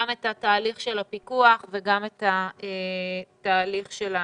גם את התהליך של הפיקוח גם את התהליך של הסיוע.